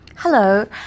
Hello